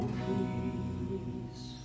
peace